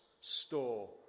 store